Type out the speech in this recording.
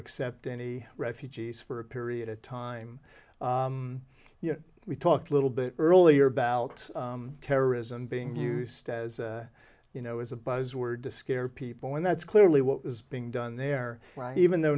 accept any refugees for a period of time you know we talked a little bit earlier about terrorism being used as you know is a buzzword to scare people and that's clearly what was being done there even though